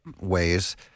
ways